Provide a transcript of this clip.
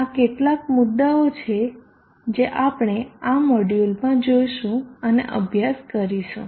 આ કેટલાક મુદ્દા છે જે આપણે આ મોડ્યુલમાં જોશું અને અભ્યાસ કરીશું